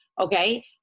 okay